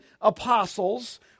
apostles